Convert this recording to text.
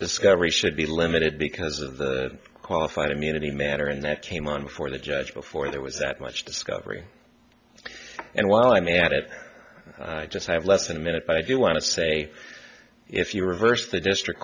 discovery should be limited because of the qualified immunity matter and that came on before the judge before there was that much discovery and while i'm at it i just have less than a minute but i do want to say if you reverse the district